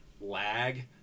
lag